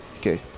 Okay